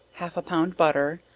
half a pound butter,